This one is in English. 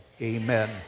Amen